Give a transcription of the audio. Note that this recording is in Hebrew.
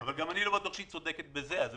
דבר